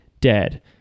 dead